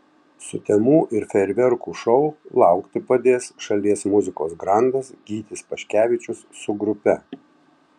sutemų ir fejerverkų šou laukti padės šalies muzikos grandas gytis paškevičius su grupe